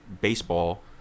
baseball